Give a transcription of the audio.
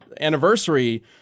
anniversary